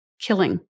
killing